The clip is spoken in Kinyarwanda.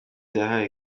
yahaye